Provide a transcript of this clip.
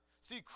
See